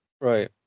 right